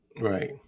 right